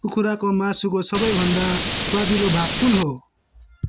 कुखुराको मासुको सबैभन्दा स्वादिलो भाग कुन हो